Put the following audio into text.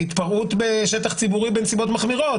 להתפרעות בשטח ציבורי בנסיבות מחמירות.